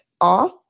off